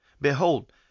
Behold